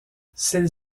celles